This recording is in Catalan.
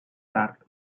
tard